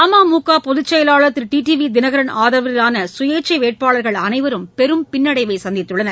அமமுக பொதுச்செயலாளர் திரு T T V Dhinakaran ஆதரவிலான சுயேச்சை வேட்பாளர்கள் அனைவரும் பெரும் பின்னடைவை சந்தித்துள்ளனர்